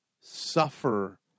suffer